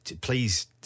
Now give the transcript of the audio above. please